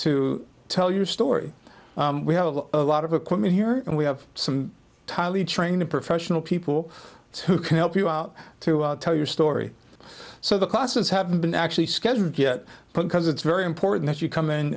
to tell your story we have a lot of equipment here and we have some tali trained professional people who can help you out to tell your story so the classes haven't been actually scheduled yet put because it's very important that you come in